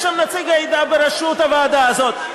יש שם נציג העדה בראשות הוועדה הזאת,